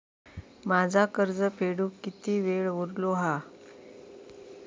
माझा कर्ज फेडुक किती वेळ उरलो हा?